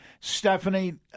stephanie